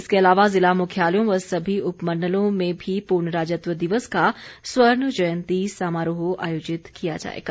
इसके अलावा जिला मुख्यालयों व सभी उपमण्डलों में भी पूर्ण राज्यत्व दिवस का स्वर्ण जयंती समारोह आयोजित किया जाएगा